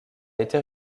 été